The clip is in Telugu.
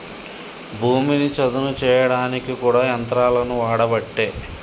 భూమిని చదును చేయడానికి కూడా యంత్రాలనే వాడబట్టే